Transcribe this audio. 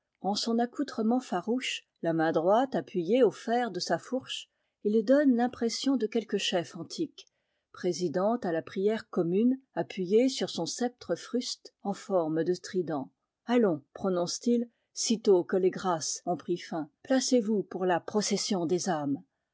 en son accoutrement farouche la main droite appuyée au fer de sa fourche il donne l'impression de quelque chef antique présidant à la prière commune appuyé sur son sceptre fruste en forme de trident allons prononce t il sitôt que les grâces ont pris fin placez-vous pour la procession des âmes